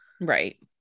Right